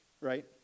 right